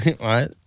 right